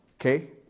Okay